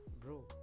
bro